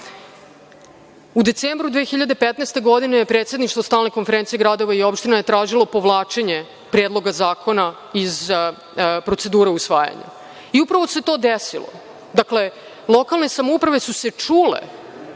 U decembru 2015. godine je predstavništvo Stalne konferencije gradova i opština tražilo povlačenje Predloga zakona iz procedure usvajanja, i upravo se to desilo. Dakle, lokalne samouprave su se čule,